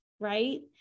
right